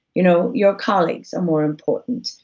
you know your colleagues are more important.